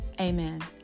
Amen